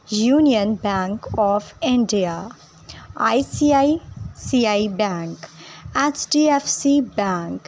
union bank of India ICICI bank HDFC bank